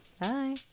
Bye